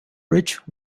rich